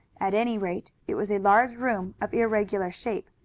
at any rate it was a large room of irregular shape,